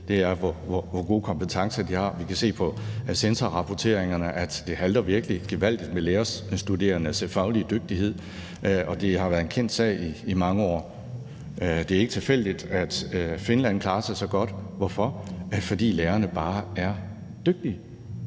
det er, hvor gode kompetencer de har. Vi kan se på censorrapporteringerne, at det virkelig halter gevaldigt med lærerstuderendes faglige dygtighed, og det har været en kendt sag i mange år. Det er ikke tilfældigt, at Finland klarer sig så godt. Hvorfor? Fordi lærerne bare er dygtige